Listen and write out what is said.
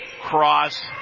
Cross